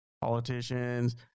politicians